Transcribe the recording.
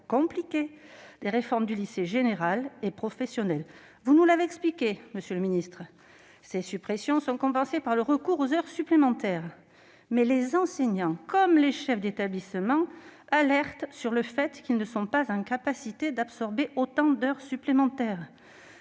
complexe des réformes des lycées général et professionnel. Monsieur le ministre, vous nous avez expliqué que ces suppressions sont compensées par le recours aux heures supplémentaires. Mais les enseignants comme les chefs d'établissement alertent sur le fait qu'ils ne sont pas en capacité d'absorber autant d'heures supplémentaires.